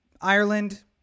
Ireland